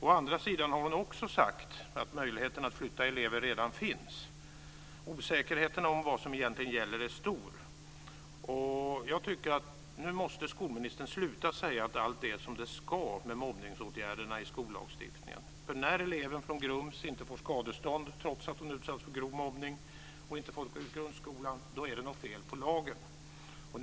Å andra sidan har hon sagt att möjligheten att flytta elever redan finns. Osäkerheten om vad som egentligen gäller är stor. Jag tycker att skolministern nu måste sluta säga att allt är som det ska med mobbningsåtgärderna i skollagstiftningen. När eleven från Grums inte får skadestånd trots att hon utsatts för grov mobbning och inte har fått gå ut grundskolan så är det något fel på lagen.